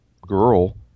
girl